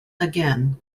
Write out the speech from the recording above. again